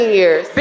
years